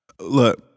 Look